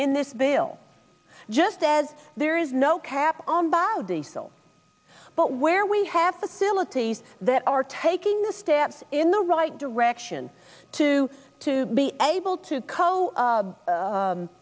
in this bill just as there is no cap on biodiesel but where we have facilities that are taking the steps in the right direction to to be able to c